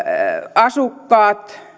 asukkaat